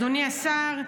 אדוני השר,